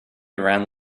around